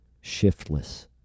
shiftless